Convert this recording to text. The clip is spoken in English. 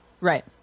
Right